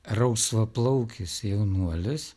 rausvaplaukis jaunuolis